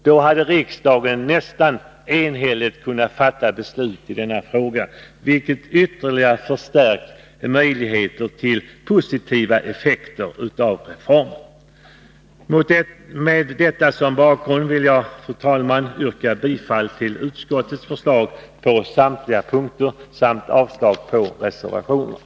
Då hade riksdagen nästan enhälligt kunnat fatta beslut i denna fråga, vilket ytterligare hade förstärkt möjligheterna till positiva effekter av reformen. Med detta som bakgrund vill jag, fru talman, yrka bifall till utskottets förslag på samtliga punkter och därmed avslag på reservationerna.